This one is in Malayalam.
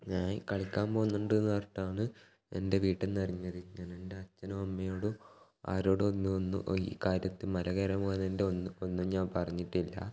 ഞാൻ കളിക്കാൻ പോകുന്നുണ്ട് എന്ന് പറഞ്ഞിട്ടാണ് എൻ്റെ വീട്ടിൽ നിന്ന് ഇറങ്ങിയത് ഞാനെൻ്റെ അച്ഛനും അമ്മയോടും ആരോടും ഒന്നു ഒന്നു ഈ കാര്യത്തെ മല കയറാൻ പോയതിൻ്റെ ഒന്നും ഒന്നും ഞാൻ പറഞ്ഞിട്ടില്ല